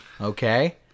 Okay